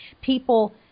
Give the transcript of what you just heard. people